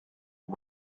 him